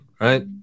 right